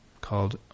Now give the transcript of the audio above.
called